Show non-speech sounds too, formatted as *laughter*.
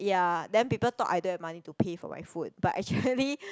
ya then people thought I don't have money to pay for my food but actually *breath*